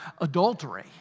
adultery